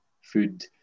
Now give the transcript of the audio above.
food